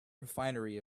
refinery